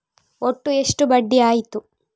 ಒಟ್ಟು ಎಷ್ಟು ಬಡ್ಡಿ ಆಯಿತು?